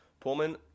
Pullman